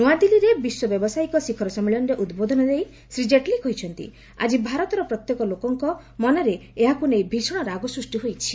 ନୂଆଦିଲ୍ଲୀରେ ବିଶ୍ୱ ବ୍ୟାବସାୟିକ ଶିଖର ସମ୍ମିଳନୀରେ ଉଦ୍ବୋଧନ ଦେଇ ଶ୍ରୀ ଜେଟ୍ଲୀ କହିଛନ୍ତି ଆଜି ଭାରତର ପ୍ରତ୍ୟେକ ଲୋକଙ୍କ ମନରେ ଏହାକୁ ନେଇ ଭୀଷଣ ରାଗ ସୃଷ୍ଟି ହୋଇଛି